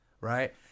right